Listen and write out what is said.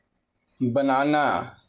banana